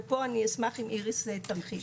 ופה אשמח אם איריס תרחיב.